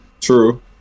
True